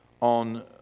on